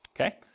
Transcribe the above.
okay